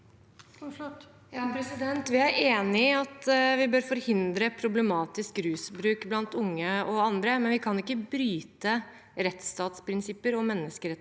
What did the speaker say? Vi er enig i at vi bør forhindre problematisk rusbruk blant unge og andre, men vi kan ikke bryte rettsstatsprinsipper og menneskerettighetene